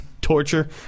torture